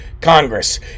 Congress